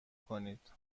کنید